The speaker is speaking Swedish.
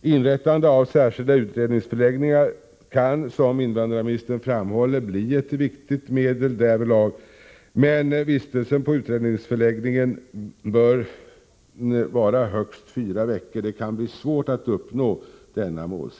Inrättandet av särskilda utredningsförläggningar kan, som invandrarministern framhåller, bli ett viktigt medel därvidlag. Men vistelsen på utredningsförläggningen bör vara högst fyra veckor. Det kan bli svårt att uppnå detta mål.